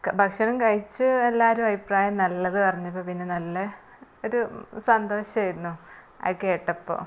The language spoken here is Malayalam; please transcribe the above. ഭക്ഷണം കഴിച്ച് എല്ലാവരും അഭിപ്രായം നല്ലത് പഞ്ഞപ്പോൾ പിന്നെ നല്ല ഇത് സന്തോഷമായിരുന്നു അത് കേട്ടപ്പോൾ